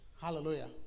Hallelujah